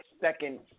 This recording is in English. second